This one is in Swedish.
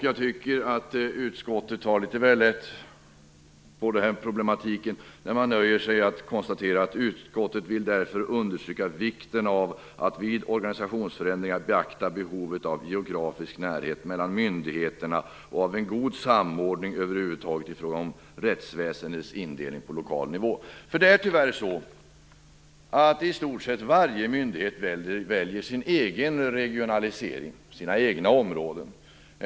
Jag tycker att utskottet tar litet väl lätt på problematiken när man nöjer sig med att konstatera att utskottet vill understryka vikten av att vid organisationsförändringar beakta behovet av geografisk närhet mellan myndigheterna och av en god samordning över huvud taget vid rättsväsendets indelning på lokal nivå. I stort sett varje myndighet väljer sin egen regionalisering, sina egna områden.